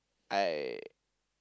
I